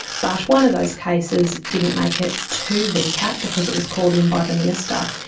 but one of those cases didn't make it to vcat because it was called in by the minister.